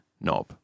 knob